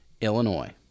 Illinois